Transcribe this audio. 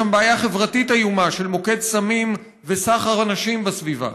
יש שם בעיה חברתית איומה של מוקד סמים וסחר בנשים בסביבה.